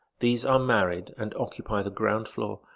these are married, and occupy the ground floor,